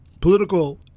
political